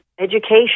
education